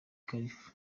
khalifa